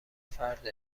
فرد